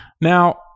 Now